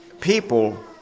people